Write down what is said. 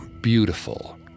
beautiful